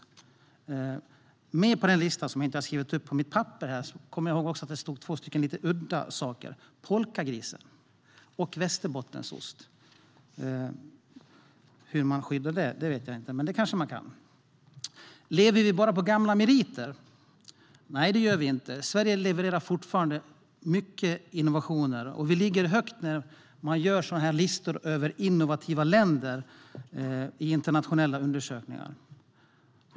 Med på den listan men som jag inte har skrivit upp på mitt papper kommer jag ihåg att där stod två lite udda saker, nämligen polkagris och Västerbottensost. Hur man skyddar dem vet jag inte, men det kanske man kan. Lever vi på gamla meriter? Nej, det gör vi inte! Sverige levererar fortfarande många innovationer, och Sverige ligger högt när innovativa länder sätts upp på listor i olika internationella undersökningar.